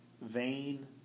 vain